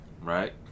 Right